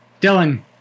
dylan